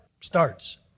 starts